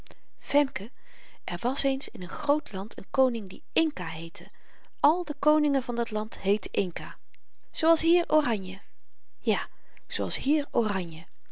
femke er was eens in een groot land een koning die inca heette al de koningen van dat land heetten inca zoo als hier oranje ja zoo als hier oranje